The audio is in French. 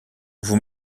vous